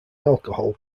alcohol